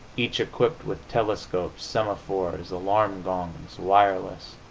each equipped with telescopes, semaphores, alarm gongs, wireless.